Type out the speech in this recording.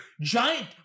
giant